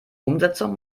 umsetzung